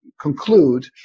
conclude